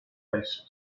bases